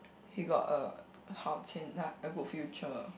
he got a 好前 like a good future